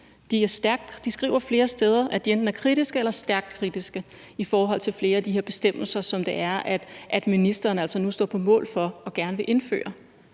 De skriver flere steder, at de er kritiske eller stærkt kritiske i forhold til flere af de her bestemmelser, som ministeren nu altså står på mål for og gerne vil indføre.